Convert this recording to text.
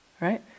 Right